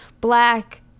black